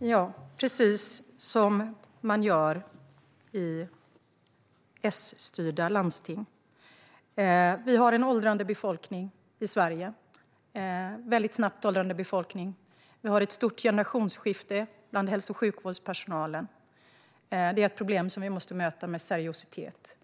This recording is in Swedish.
Herr talman! Precis som man gör i S-styrda landsting. Vi har en väldigt snabbt åldrande befolkning i Sverige. Vi har ett stort generationsskifte bland hälso och sjukvårdspersonalen. Det är ett problem som vi måste möta med seriositet.